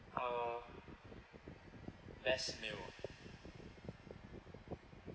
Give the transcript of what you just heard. uh best meal